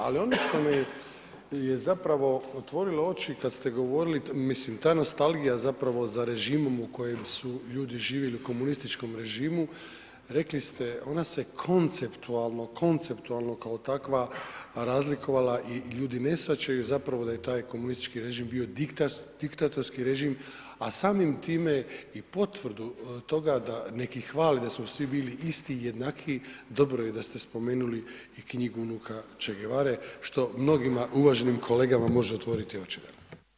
Ali, ono što mi je zapravo otvorilo oči kad ste govorili, mislim, ta nostalgija zapravo za režimom u kojem su ljudi živjeli u komunističkom režimu, rekli ste, ona se konceptualno, konceptualno kao takva razlikovala i ljudi ne shvaćaju zapravo da je taj komunistički režim bio diktatorski režim, a samim time i potvrdu toga da neki hvale da su svi bili isti, jednakiji, dobro je da ste spomenuli i knjigu unuka Che Guevare, što mnogima, uvaženim kolegama može otvoriti oči.